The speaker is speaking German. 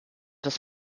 das